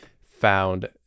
found